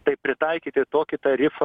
tai pritaikyti tokį tarifą